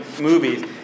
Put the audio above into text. movies